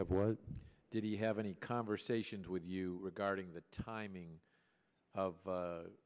have was did he have any conversations with you regarding the timing of